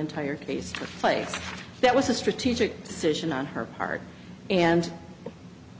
entire face to face that was a strategic decision on her part and